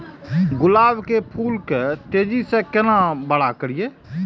गुलाब के फूल के तेजी से केना बड़ा करिए?